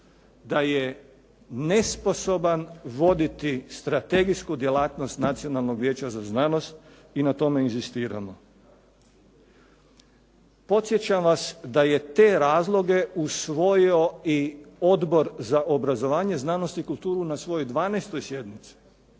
da je nesposoban voditi strategijsku djelatnost Nacionalnog vijeća za znanost i na tome inzistiramo. Podsjećam vas da je te razloge usvojio i Odbor za obrazovanje, znanost i kulturu na svojoj 12. sjednici